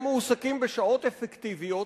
הם מועסקים בשעות אפקטיביות,